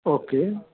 okay